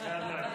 אני חייב להגיד.